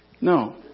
No